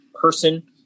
person